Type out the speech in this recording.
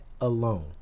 alone